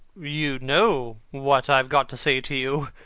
you know what i have got to say to you.